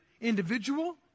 individual